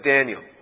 Daniel